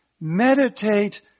Meditate